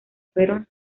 fueron